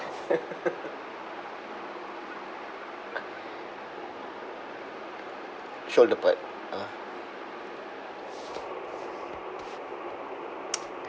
shoulder part ah